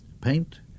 paint